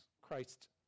Christ